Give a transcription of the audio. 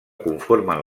conformen